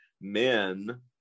men